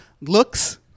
looks